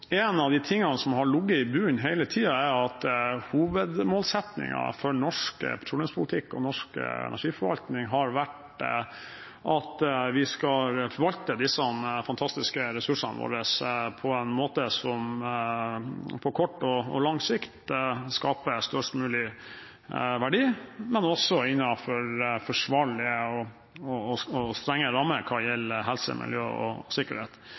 norsk energiforvaltning har vært at vi skal forvalte disse fantastiske ressursene våre på en måte som på kort og lang sikt skaper størst mulig verdi, men også at det er innenfor forsvarlige og strenge rammer hva gjelder helse, miljø og sikkerhet.